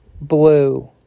blue